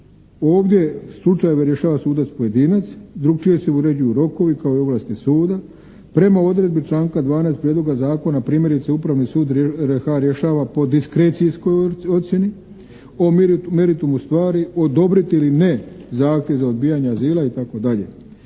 ovdje slučajeve rješava sudac pojedinac, drukčije se uređuju rokovi kao i ovlasti suda prema odredbi članka 12. Prijedloga zakona primjerice Upravni sud RH rješava po diskrecijskoj ocjeni o meritumu stvari odobriti ili ne zahtjev za odbijanja azila itd.